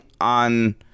on